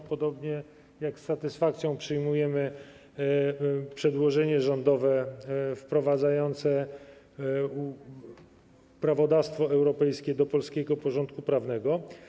Z podobną satysfakcją przyjmujemy przedłożenie rządowe wprowadzające prawodawstwo europejskie do polskiego porządku prawnego.